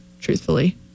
truthfully